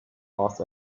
past